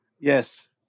Yes